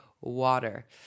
water